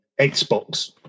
Xbox